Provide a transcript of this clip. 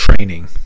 training